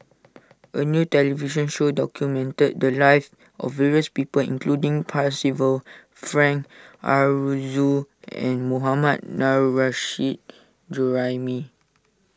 a new television show documented the lives of various people including Percival Frank Aroozoo and Mohammad Nurrasyid Juraimi